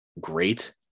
great